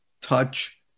touch